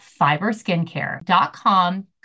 FiberSkincare.com